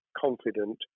confident